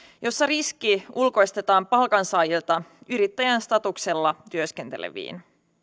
jossa riski ulkoistetaan palkansaajilta yrittäjän statuksella työskenteleville